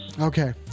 Okay